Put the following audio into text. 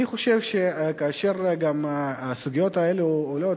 אני חושב שכאשר גם הסוגיות האלה עולות,